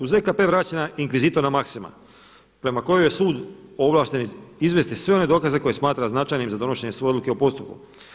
U ZKP vraćena inkvizitorna maksima prema kojoj je sud ovlašten izvesti sve one dokaze koje smatra značajnim za donošenje svoje odluke o postupku.